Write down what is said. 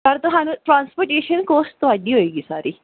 ਪਰ ਤੁਹਾਨੂੰ transportation course ਤੁਹਾਡੀ ਹੋਏਗੀ ਸਾਰੀ